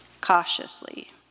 cautiously